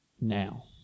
now